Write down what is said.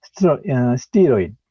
steroid